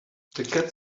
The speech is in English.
cat